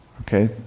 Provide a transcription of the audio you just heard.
Okay